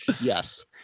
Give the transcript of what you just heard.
Yes